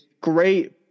great